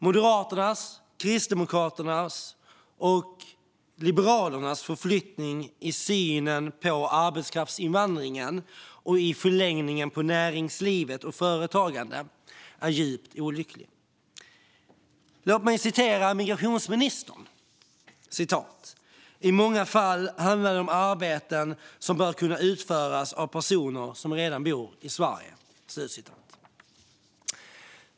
Moderaternas, Kristdemokraternas och Liberalernas förflyttning i synen på arbetskraftsinvandringen och i förlängningen på näringslivet och företagande är djupt olycklig. Låt mig citera migrationsministern: I många fall handlar det om arbeten som bör kunna utföras av personer som redan bor i Sverige.